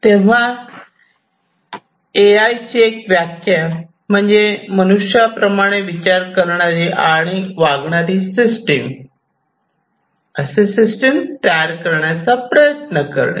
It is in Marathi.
तेव्हा ए आय ची एक व्याख्या म्हणजे मनुष्याप्रमाणे विचार करणारी आणि वागणारी सिस्टम असे सिस्टम तयार करण्याचा प्रयत्न करणे